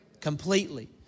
completely